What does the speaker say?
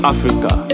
Africa